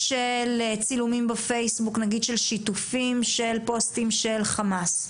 בפייסבוק, בשיתופים של פוסטים של חמאס.